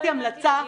היא לא מדברת על זה.